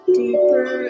deeper